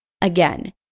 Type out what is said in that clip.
Again